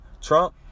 Trump